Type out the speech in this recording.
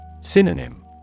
Synonym